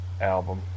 album